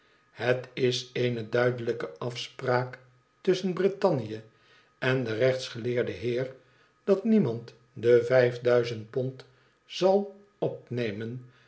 het is eene duidelijke afepraak tusschen britannië en den rechtsgeleerden heer dat niemand de vijfduizend pond zal opnemen